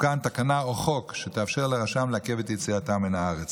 תתוקן תקנה או חוק שיאפשרו לרשם לעכב את יציאתם מן הארץ.